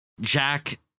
Jack